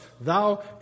thou